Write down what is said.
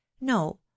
no